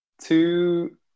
Two